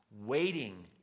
waiting